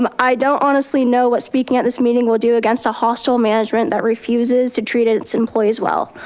um i don't honestly know what speaking at this meeting will do against a hostile management that refuses to treat its employees well.